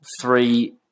three